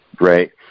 Right